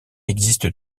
existe